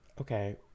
Okay